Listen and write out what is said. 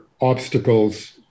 obstacles